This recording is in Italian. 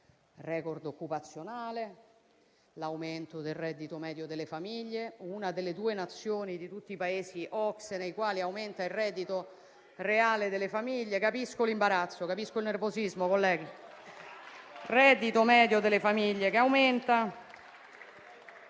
*record* occupazionale; l'aumento del reddito medio delle famiglie; una delle due nazioni di tutti i Paesi OCSE nei quali aumenta il reddito reale delle famiglie. *(Commenti).* Capisco l'imbarazzo e capisco il nervosismo, colleghi. Ancora, reddito medio delle famiglie che aumenta.